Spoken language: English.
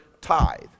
tithe